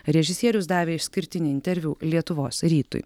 režisierius davė išskirtinį interviu lietuvos rytui